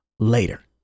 later